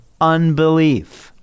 unbelief